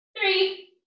three